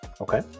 Okay